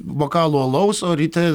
bokalų alaus o ryte